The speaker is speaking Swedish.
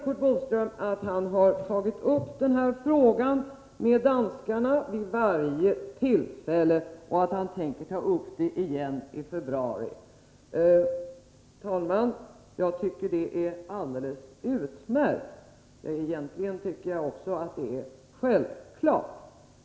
Curt Boström säger att han har tagit upp den här frågan med danskarna vid Nr 65 varje tillfälle och att han tänker ta upp den igen i februari. Herr talman! Jag Måndagen den tycker att det är alldeles utmärkt. Egentligen tycker jag också att det är 723 januari 1984 självklart.